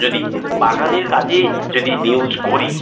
যদি বাগানের কাজে যদি ইউজ করি